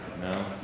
no